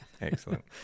Excellent